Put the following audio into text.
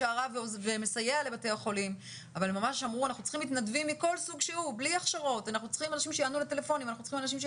קופות החולים וחטיבת הרפואה במשרד אנחנו עושים המון מאמצים לשחרר